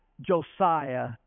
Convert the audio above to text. Josiah